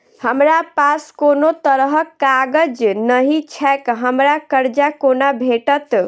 हमरा पास कोनो तरहक कागज नहि छैक हमरा कर्जा कोना भेटत?